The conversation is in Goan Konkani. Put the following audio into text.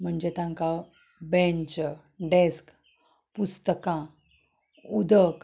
म्हणजे तांकां बँच डॅस्क पुस्तकां उदक